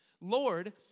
Lord